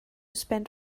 spend